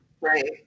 Right